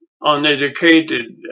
uneducated